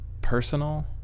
personal